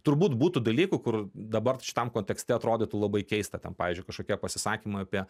turbūt būtų dalykų kur dabar šitam kontekste atrodytų labai keista ten pavyzdžiui kažkokie pasisakymai apie